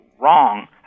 wrong